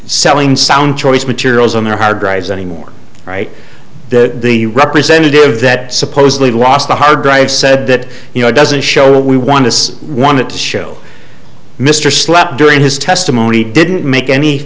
selling sound choice materials on their hard drives anymore right the the representative that supposedly lost the hard drive said that you know it doesn't show what we want to want to show mr slept during his testimony didn't make any